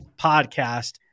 podcast